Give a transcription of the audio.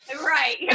Right